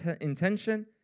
intention